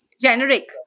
generic